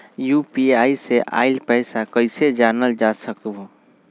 UPI से आईल पैसा कईसे जानल जा सकहु?